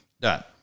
Done